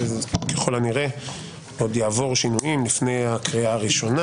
ככל הנראה עוד יעבור שינויים לפני הקריאה הראשונה,